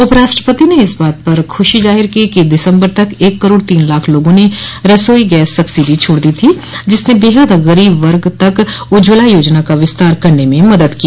उपराष्ट्रपति ने इस बात पर खुशी जाहिर की कि दिसंबर तक एक करोड़ तीन लाख लोगों ने रसोई गैस सब्सिडी छोड़ दी थी जिसने बेहद गरीब वर्ग तक उज्ज्वला योजना का विस्तार करने में मदद की